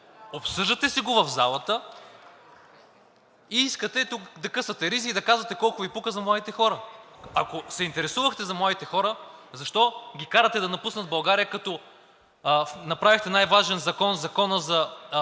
обсъждате си го в залата и искат тук да късате ризи и да казвате колко Ви пука за младите хора. Ако се интересувахте за младите хора, защо ги карате да напуснат България, като направихте най-важен закон, законът,